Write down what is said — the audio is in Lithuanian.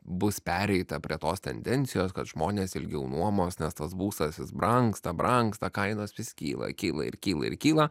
bus pereita prie tos tendencijos kad žmonės ilgiau nuomos nes tas būstas jis brangsta brangsta kainos vis kyla kyla ir kyla ir kyla